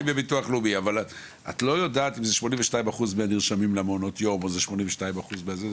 את לא יודעת אם זה 82% מהנרשמים למעונות יום או זה 82% ---.